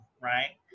Right